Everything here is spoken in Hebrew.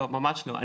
לא, ממש לא.